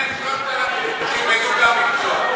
תן להם 3,000, שילמדו גם מקצוע.